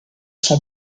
son